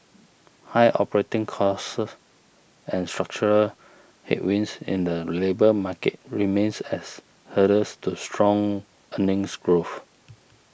high operating costs and structural headwinds in the labour market remains as hurdles to strong earnings growth